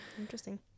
Interesting